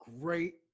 great